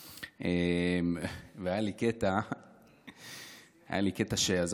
היה לי קטע כשעזבתי את העירייה,